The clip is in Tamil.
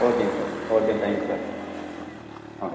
ஓகேங்க sir okay thank you sir ah